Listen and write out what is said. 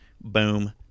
Boom